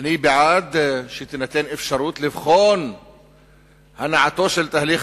אני בעד שתינתן אפשרות לבחון הנעתו של תהליך